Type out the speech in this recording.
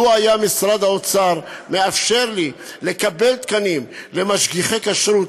לו היה משרד האוצר מאפשר לי לקבל תקנים למשגיחי כשרות,